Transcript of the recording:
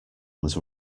was